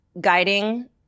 guiding